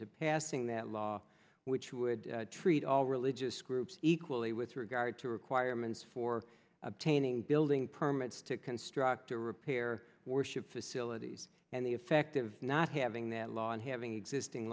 to passing that law which would treat all religious groups equally with regard to requirements for obtaining building permits to construct to repair worship facilities and the effect of not having that law and having existing